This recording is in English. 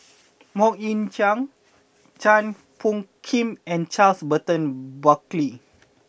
Mok Ying Jang Chua Phung Kim and Charles Burton Buckley